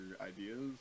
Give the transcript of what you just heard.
ideas